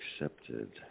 accepted